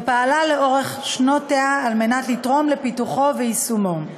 ופעלה לכל אורך שנותיה כדי לתרום לפיתוחו ויישומו.